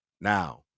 Now